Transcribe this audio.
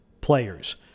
players